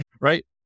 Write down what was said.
right